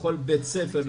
לכל בית ספר,